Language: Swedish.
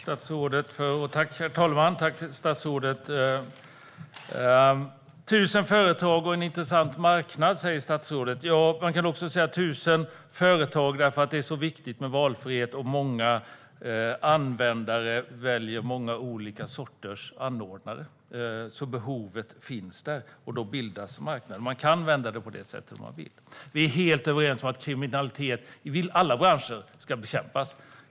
Herr talman! 1 000 företag och en intressant marknad, säger statsrådet. Ja, man kan också säga att det är 1 000 företag för att det är så viktigt med valfrihet, och många användare väljer många olika sorters anordnare. Behovet finns alltså där, och då bildas marknaden. Man kan vända på det på det sättet om man vill. Vi är helt överens om att kriminalitet i alla branscher ska bekämpas.